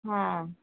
હં